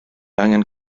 angen